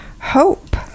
Hope